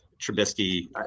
Trubisky